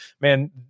man